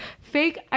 fake